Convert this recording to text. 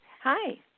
Hi